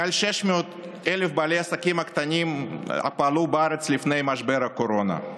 יותר מ-600,000 בעלי עסקים קטנים פעלו בישראל לפני משבר הקורונה.